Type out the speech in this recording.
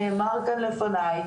נאמר כאן לפני,